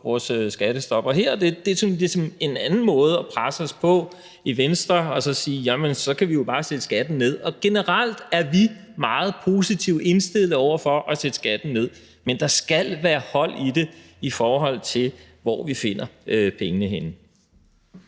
vores skattestop – og det her er ligesom en anden måde at presse os på i Venstre og sige, at så kan vi jo bare sætte skatten ned. Generelt er vi meget positivt indstillet over for at sætte skatten ned, men der skal være hold i det, i forhold til hvor vi finder pengene.